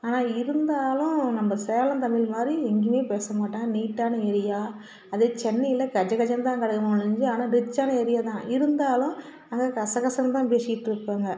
ஆனால் இருந்தாலும் நம்ப சேலம் தமிழ் மாதிரி எங்கேயுமே பேச மாட்டாங்க நீட்டான ஏரியா அதே சென்னையில் கஜகஜன்னுதான் கிடக்குமே ஒழிஞ்சி ஆனால் ரிச்சான ஏரியா தான் இருந்தாலும் அங்கே கசகசன்னு தான் பேசிட்டிருப்பாங்க